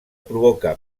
provoca